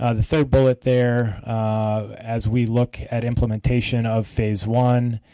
ah the third bullet there as we look at implementation of phase one,